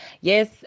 yes